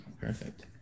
Perfect